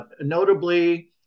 notably